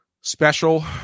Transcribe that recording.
special